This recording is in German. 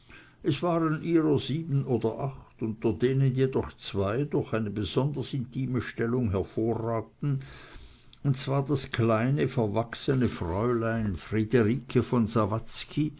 es waren ihrer sieben oder acht unter denen jedoch zwei durch eine besonders intime stellung hervorragten und zwar das kleine verwachsene fräulein friederike von